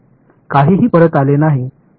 काहीही परत आले नाही